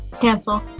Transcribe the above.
Cancel